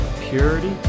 purity